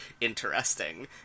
interesting